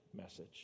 message